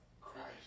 Christ